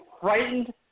frightened